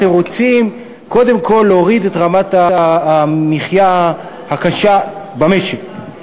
אתם רוצים קודם כול להוריד את רמת יוקר המחיה הקשה במשק,